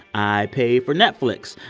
i pay for netflix.